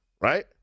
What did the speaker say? right